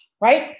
right